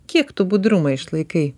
kiek tu budrumą išlaikai